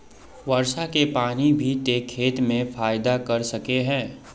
वर्षा के पानी भी ते खेत में फायदा कर सके है?